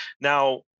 Now